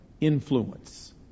influence